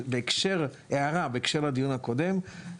אז הערה בהקשר לדיון הקודם,